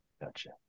Gotcha